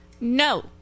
No